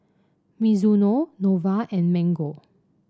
Mizuno Nova and Mango